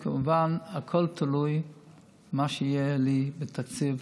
כמובן, הכול תלוי במה שיהיה לי בתקציב